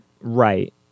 Right